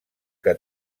que